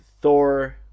Thor